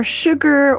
sugar